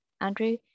Andrew